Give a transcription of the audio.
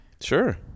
Sure